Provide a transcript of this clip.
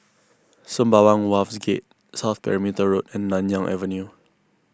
Sembawang Wharves Gate South Perimeter Road and Nanyang Avenue